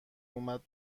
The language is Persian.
اومد